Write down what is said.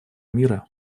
мира